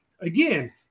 again